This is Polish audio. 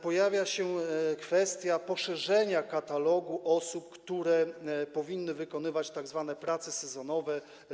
Pojawia się kwestia poszerzenia katalogu osób, które powinny wykonywać tzw. prace sezonowe.